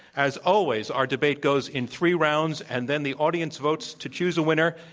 as always, our debate goes in three rounds and then the audience votes to choose a winner.